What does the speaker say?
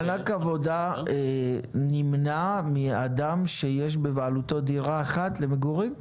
מענק עבודה נמנע מאדם שיש בבעלותו דירה אחת למגורים?